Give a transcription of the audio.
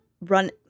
run